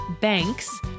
BANKS